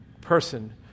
person